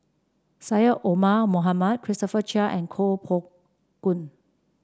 Syed Omar Mohamed Christopher Chia and Kuo Pao Kun